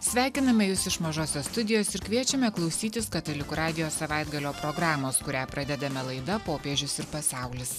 sveikiname jus iš mažosios studijos ir kviečiame klausytis katalikų radijo savaitgalio programos kurią pradedame laida popiežius ir pasaulis